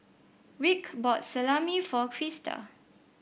Rick bought Salami for Krysta